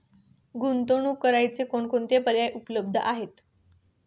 गुंतवणूक करण्याचे कोणकोणते पर्याय उपलब्ध आहेत?